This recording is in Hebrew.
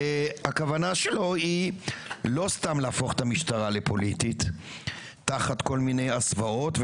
הכוונה פה היא לא סתם להפוך את המשטרה לפוליטית תחת כל מיני הסוואות,